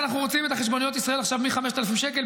אנחנו רוצים את "חשבוניות ישראל" עכשיו מ-5,000 שקל,